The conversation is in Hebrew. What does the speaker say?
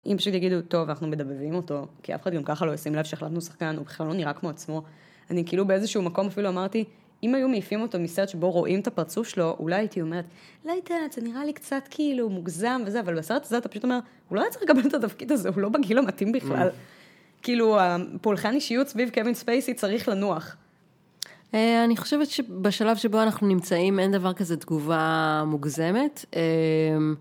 אם פשוט יגידו, טוב, אנחנו מדבבים אותו, כי אף אחד גם ככה לא ישים לב שהחלפנו שחקן, הוא בכלל לא נראה כמו עצמו, אני כאילו באיזשהו מקום אפילו אמרתי, אם היו מעיפים אותו מסרט שבו רואים את הפרצוף שלו, אולי הייתי אומרת, אולי תראה, זה נראה לי קצת כאילו מוגזם וזה, אבל בסרט הזה אתה פשוט אומר, הוא לא היה צריך לקבל את התפקיד הזה, הוא לא בגיל המתאים בכלל. כאילו, פולחן האישיות סביב קווין ספייסי צריך לנוח. אני חושבת שבשלב שבו אנחנו נמצאים אין דבר כזה תגובה מוגזמת.